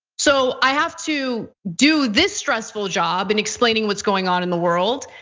so i have to do this stressful job in explaining what's going on in the world.